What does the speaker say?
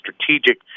strategic